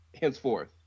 Henceforth